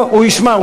הוא ישמע.